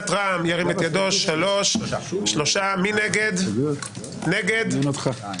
מי נמנע?